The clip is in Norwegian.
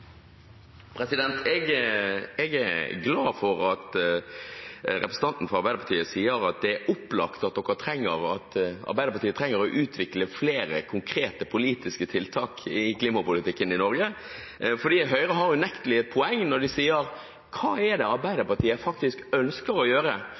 opplagt at Arbeiderpartiet trenger å utvikle flere konkrete politiske tiltak i klimapolitikken i Norge, for Høyre har unektelig et poeng når de stiller spørsmål om hva Arbeiderpartiet egentlig ønsker å gjøre.